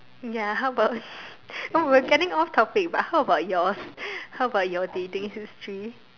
ya how about !wow! we are getting off topic but how about yours how about your dating history